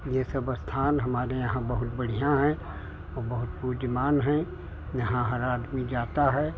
ये सब स्थान हमारे यहाँ बहुत बढ़िया हैं और बहुत पूज्यमान हैं जहाँ हर आदमी जाता है